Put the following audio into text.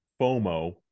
FOMO